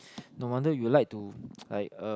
no wonder you like to like uh